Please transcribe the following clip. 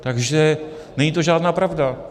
Takže není to žádná pravda.